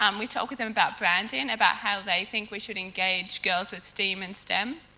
um we talk with them about branding, about how they think we should engage girls with steam and stem.